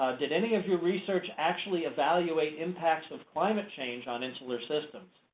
did any of your research actually evaluate impacts of climate change on insular systems,